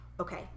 Okay